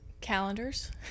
calendars